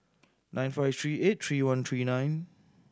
nine five three eight three one three nine